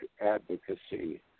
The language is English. advocacy